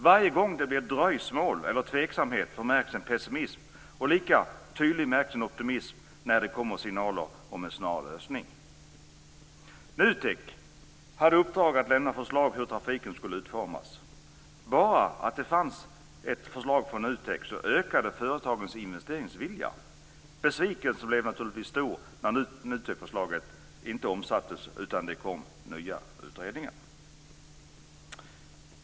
Varje gång det blir dröjsmål eller tveksamhet förmärks en pessimism, och lika tydligt märks en optimism när det kommer signaler om en snar lösning. NUTEK hade i uppdrag att lämna förslag till hur trafiken skulle utformas. Bara det att det fanns ett förslag från NUTEK ökade företagens investeringsvilja. Besvikelsen blev naturligtvis stor när NUTEK förslaget inte omsattes utan det kom nya utredningar.